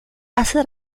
hace